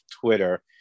Twitter